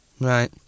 Right